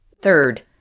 Third